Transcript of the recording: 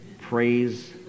Praise